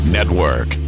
Network